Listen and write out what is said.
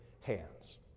hands